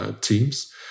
teams